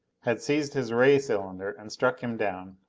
had seized his ray cylinder and struck him down,